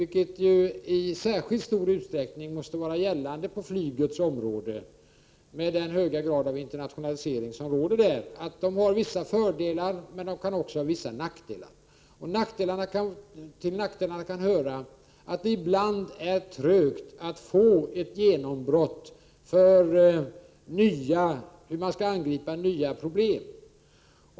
Det måste i särskilt stor utsträckning gälla på flygets området med den höga grad av internationalisering som där råder. Till nackdelarna kan höra att det ibland är trögt att få ett genombrott för hur man skall angripa nya problem.